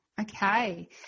Okay